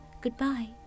Goodbye